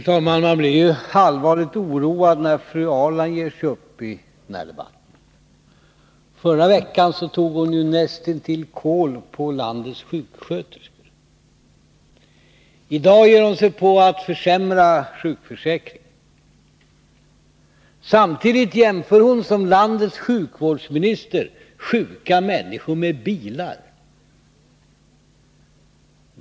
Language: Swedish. Fru talman! Man blir allvarligt oroad när fru Ahrland ger sig upp i den här debatten. Förra veckan tog hon näst intill kål på landets sjuksköterskor. I dag ger hon sig på att försämra sjukförsäkringen. Samtidigt jämför hon som landets sjukvårdsminister sjuka människor med bilar.